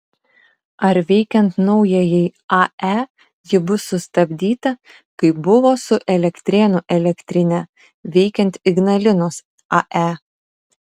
ar veikiant naujajai ae ji bus sustabdyta kaip buvo su elektrėnų elektrine veikiant ignalinos ae